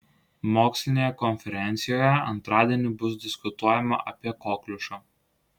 mokslinėje konferencijoje antradienį bus diskutuojama apie kokliušą